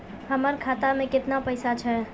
हमर खाता मैं केतना पैसा छह?